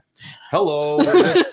hello